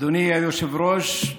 אדוני היושב-ראש,